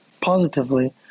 positively